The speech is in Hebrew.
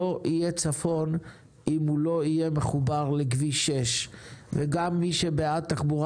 לא יהיה צפון אם הוא לא יהיה מחובר לכביש 6. גם מי שבעד תחבורה